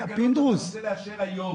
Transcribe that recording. בתקנות שאני רוצה לאשר היום.